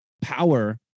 power